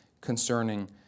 concerning